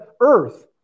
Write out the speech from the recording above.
earth